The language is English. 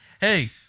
Hey